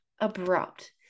abrupt